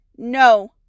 No